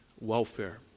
welfare